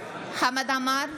חמד עמאר,